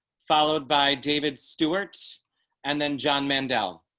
followed by david stewart's and then john man down